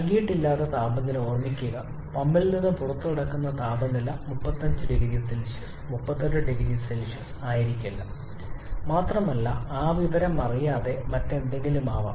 നൽകിയിട്ടില്ലാത്ത താപനില ഓർമ്മിക്കുക പമ്പിൽ നിന്ന് പുറത്തുകടക്കുന്ന താപനില 35 0C 38 0C ആയിരിക്കില്ല മാത്രമല്ല ആ വിവരം അറിയാത്ത മറ്റെന്തെങ്കിലും ആകാം